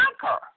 conquer